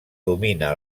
domina